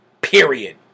Period